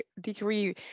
degree